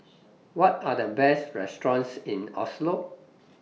What Are The Best restaurants in Oslo